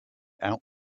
out